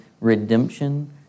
redemption